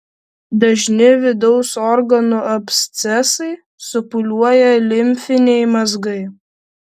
dažni vidaus organų abscesai supūliuoja limfiniai mazgai